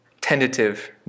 tentative